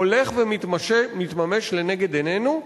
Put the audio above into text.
הולך ומתממש לנגד עינינו.